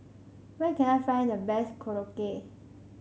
where can I find the best Korokke